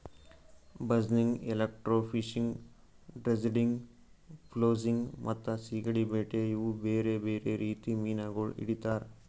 ಬಸ್ನಿಗ್, electrofishing, dredging, ಫ್ಲೋಸಿಂಗ್ ಮತ್ತ ಸೀಗಡಿ ಬೇಟೆ ಇವು ಬೇರೆ ಬೇರೆ ರೀತಿ ಮೀನಾಗೊಳ್ ಹಿಡಿತಾರ್